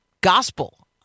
gospel